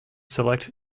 select